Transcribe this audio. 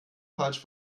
falsch